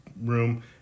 room